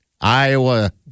Iowa